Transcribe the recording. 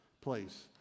place